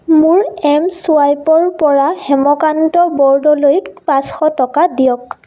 মোৰ এম চোৱাইপৰ পৰা হেমকান্ত বৰদলৈক পাঁচশ টকা দিয়ক